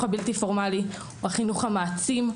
שהחינוך הבלתי פורמאלי הוא החינוך המעצים,